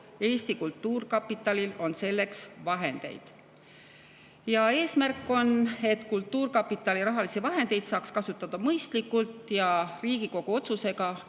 Eesti Kultuurkapitalil on selleks vahendeid. Eesmärk on, et kultuurkapitali rahalisi vahendeid saaks kasutada mõistlikult. Riigikogu otsusega